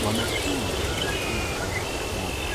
Wanafunzi wanafanya kazi pamoja